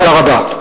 תודה רבה.